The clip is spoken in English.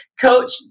coach